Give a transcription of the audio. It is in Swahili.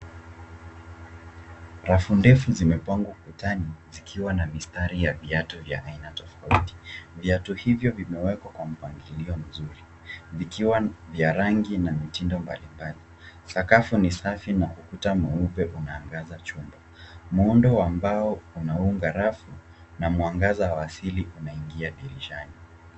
Rafu ndefu zimepangwa ukutani zikiwa na mistari ya viatu vya aina tofauti. Viatu hivyo vimewekwa kwa mpangilio mzuri, vikiwa vya rangi na mitindo mbalimbali. Sakafu ni safi na ukuta mweupe unaangaza chumba. Muundo wa mbao unaunga rafu na mwangaza wa asili unaingia dirishani.